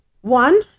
One